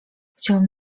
chciałem